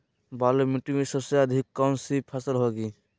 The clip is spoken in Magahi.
बालू मिट्टी में सबसे अधिक कौन सी फसल होगी?